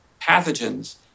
pathogens